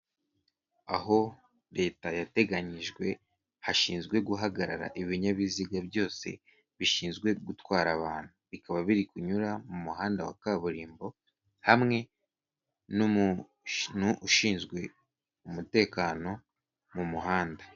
Aho leta yateganyijwe hashinzwe guhagarara ibinyabiziga byose bishinzwe gutwara abantu, bikaba biri kunyura mu muhanda wa kaburimbo, hamwe n'umuntu ushinzwe umutekano mu muhanda.